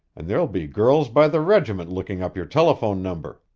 and there'll be girls by the regiment looking up your telephone number.